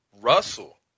Russell